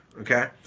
okay